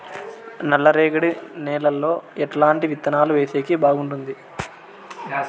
నల్లరేగడి నేలలో ఎట్లాంటి విత్తనాలు వేసేకి బాగుంటుంది?